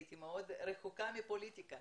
הייתי מאוד רחוקה מפוליטיקה